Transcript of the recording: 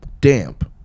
damp